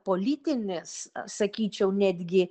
politinis sakyčiau netgi